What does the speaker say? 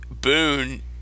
Boone